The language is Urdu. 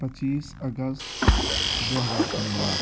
پچیس اگست دو ہزار پندرہ